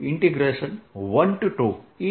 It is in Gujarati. dlalong path 112E